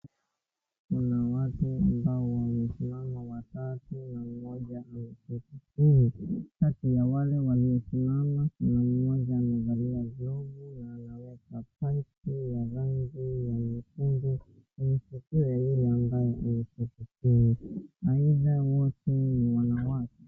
Kuna watu ambao wamesimama watatu, mmoja ameketi chini. Kati ya wale waliosimama kuna mmoja amevalia joho na anaweka paipu ya rangi ya nyekundu. Katikati yule ambaye ameketi chini, aina wote ni wanawake.